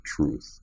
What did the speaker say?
truth